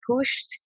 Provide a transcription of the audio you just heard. pushed